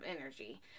energy